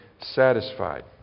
satisfied